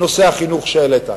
נושא החינוך שהעלית,